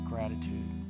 gratitude